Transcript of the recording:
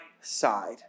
side